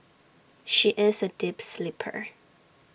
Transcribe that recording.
she is A deep sleeper